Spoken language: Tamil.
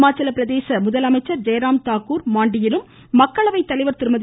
இமாச்சலப்பிரதேச முதலமைச்சர் ஜெயராம் தாக்கூர் மாண்டியிலும் மக்களவை தலைவர் திருமதி